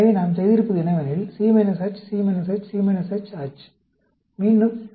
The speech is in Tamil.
எனவே நாம் செய்திருப்பது என்னவெனில் C H C H C H H